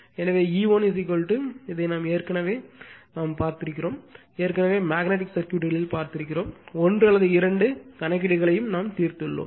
எனவே E1 இதை இது ஏற்கனவே நாம் பார்த்தது ஏற்கனவே மேக்னட் ஐக் சர்க்யூட்டுகளில் பார்த்தோம் ஒன்று அல்லது இரண்டு கணக்கீடுகளையும் நாம் தீர்த்துள்ளோம்